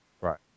right